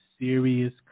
serious